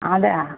അതെയോ